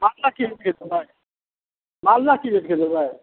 मालदह कि रेटके देबै मालदह कि रेटके देबै